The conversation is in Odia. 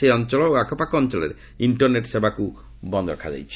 ସେହି ଅଞ୍ଚଳ ଓ ଆଖପାଖ ଅଞ୍ଚଳରେ ଇକ୍ଷରନେଟ୍ ସେବା ବନ୍ଦ ରଖାଯାଇଛି